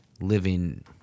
living